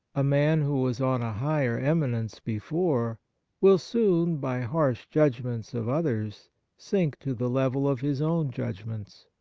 a man who was on a higher eminence before will soon by harsh judgments of others sink to the level of his own judgments.